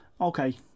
Okay